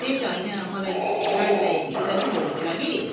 त्यही त होइन मलाई गाडी चाहिएको थियो कि दाजु भोलिको लागि